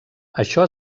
això